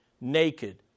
naked